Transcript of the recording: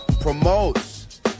promotes